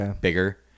bigger